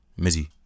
mizzy